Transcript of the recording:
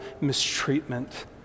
mistreatment